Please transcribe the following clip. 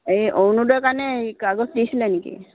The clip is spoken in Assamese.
এই অৰুণোদয়ৰ কাৰণে এই কাগজ দিছিলে নেকি